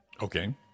okay